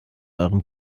eurem